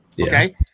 okay